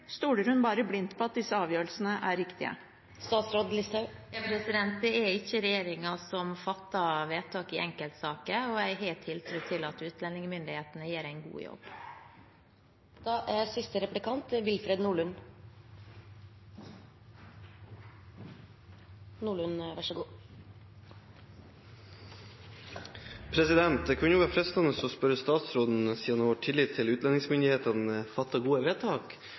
stoler hun bare blindt på at disse avgjørelsene er riktige? Det er ikke regjeringen som fatter vedtak i enkeltsaker. Jeg har tiltro til at utlendingsmyndighetene gjør en god jobb. Det kunne vært fristende å spørre statsråden, siden hun har tillit til at utlendingsmyndighetene fatter gode vedtak, og de har bedt om å få et bredere sett med reaksjonsformer, om det er noe hun er villig til